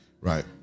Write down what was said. right